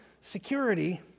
security